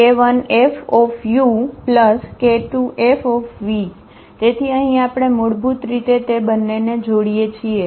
તેથી અહીં આપણે મૂળભૂત રીતે તે બંનેને જોડીએ છીએ